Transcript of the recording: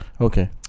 Okay